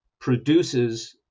produces